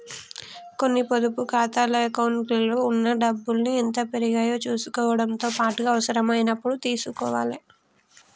కొన్ని పొదుపు ఖాతాల అకౌంట్లలో ఉన్న డబ్బుల్ని ఎంత పెరిగాయో చుసుకోవడంతో పాటుగా అవసరమైనప్పుడు తీసుకోవాలే